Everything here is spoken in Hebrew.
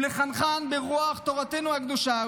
ולחנכם ברוח תורתנו הקדושה,